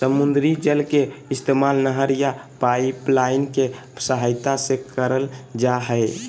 समुद्री जल के इस्तेमाल नहर या पाइपलाइन के सहायता से करल जा हय